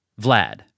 Vlad